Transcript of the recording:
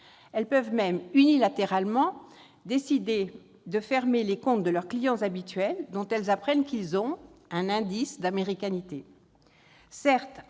Elles peuvent même unilatéralement décider de fermer les comptes de leurs clients habituels dont elles apprennent qu'ils présentent un « indice d'américanité